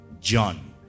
John